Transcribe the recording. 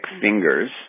fingers